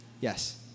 Yes